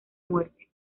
muerte